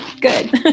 Good